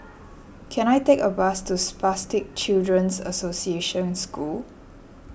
can I take a bus to Spastic Children's Association School